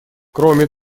кроме